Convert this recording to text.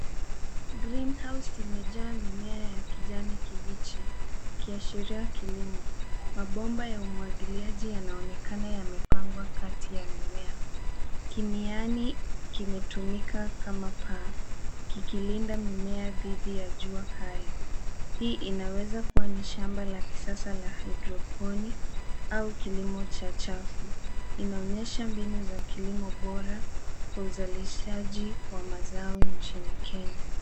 Green house imejaa mimea ya kijani kipiji ikiashiria kilimo,. Mabomba ya umwagiliaji yanaonekana yamepamgwa kati ya mimea. Kimiani kimetumika kama paa kikilinda mimea thiti ya jua kali hii inaweza kuwa ni shamba la kisasa la hydroponic au kilimo cha chafu inaonyesha mbinu za kilimo bora Kwa usalishaji wa mazao njini kenya